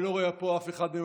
ואני לא רואה פה אף אחד מהם,